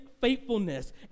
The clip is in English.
faithfulness